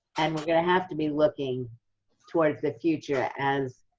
and we're going to have to be looking towards the future as